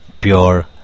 pure